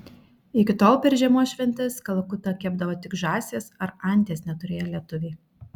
iki tol per žiemos šventes kalakutą kepdavo tik žąsies ar anties neturėję lietuviai